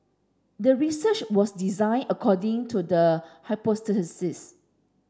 the research was designed according to the hypothesis